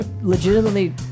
legitimately